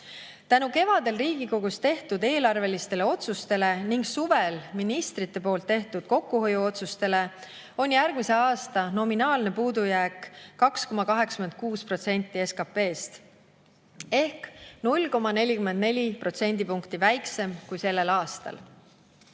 Tänu kevadel Riigikogus tehtud eelarveotsustele ning suvel ministrite tehtud kokkuhoiuotsustele on järgmise aasta nominaalne puudujääk 2,86% SKT‑st ehk 0,44 protsendipunkti väiksem kui sellel aastal.